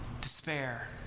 despair